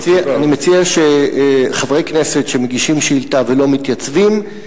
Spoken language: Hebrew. אני מציע שחברי כנסת שמגישים שאילתא ולא מתייצבים,